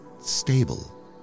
stable